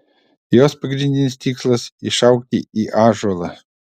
jos pagrindinis tikslas išaugti į ąžuolą